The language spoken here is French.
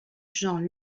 jean